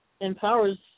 empowers